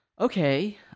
okay